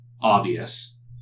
obvious